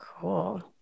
Cool